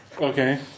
Okay